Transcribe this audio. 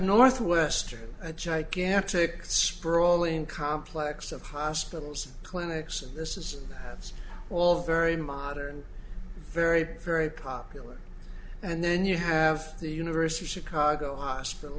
northwestern a gigantic sprawling complex of hospitals clinics and this is all very modern very very popular and then you have the university of chicago hospital